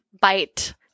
bite